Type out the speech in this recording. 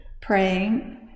praying